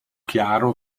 chiaro